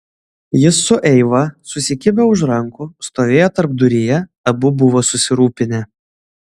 jis su eiva susikibę už rankų stovėjo tarpduryje abu buvo susirūpinę